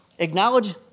Acknowledge